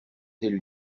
telle